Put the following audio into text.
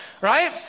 right